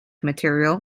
material